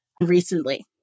recently